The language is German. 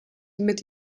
mit